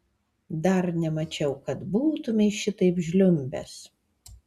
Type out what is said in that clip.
dar nemačiau kad būtumei šitaip žliumbęs